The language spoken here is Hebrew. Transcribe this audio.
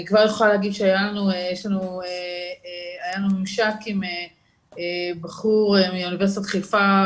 אני כבר יכולה להגיד שהיה לנו ממשק עם בחור מאוניברסיטת חיפה,